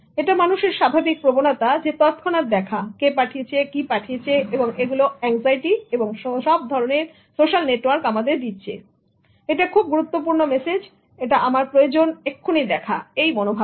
এটা মানুষের স্বাভাবিক প্রবণতা যে তৎক্ষণাৎ দেখা কে পাঠিয়েছে কি পাঠিয়েছ এবং এগুলো অ্যাংজাইটি এবং সব ধরনের সোশ্যাল নেটওয়ার্ক আমাদের দিচ্ছে ও এটা খুব গুরুত্বপূর্ণ মেসেজ এটা আমার প্রয়োজন এক্ষুনি দেখা এই মনোভাবটা